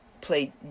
played